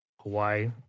Hawaii